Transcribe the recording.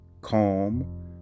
calm